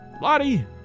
Lottie